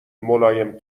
ملایم